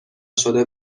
شده